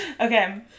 Okay